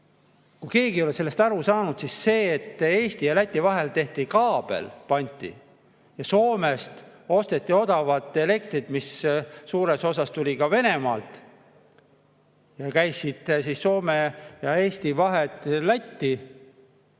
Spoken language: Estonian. Kui keegi ei ole sellest aru saanud, siis selle eest, et Eesti ja Läti vahele pandi kaabel ja Soomest osteti odavat elektrit, mis suures osas tuli ka Venemaalt, käis siit Soome ja Eesti vahet Lätti,